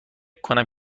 میکنم